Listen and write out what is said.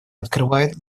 открывает